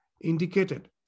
indicated